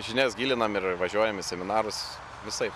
žinias gilinam ir važiuojam į seminarus visaip